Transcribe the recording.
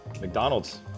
McDonald's